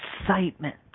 excitement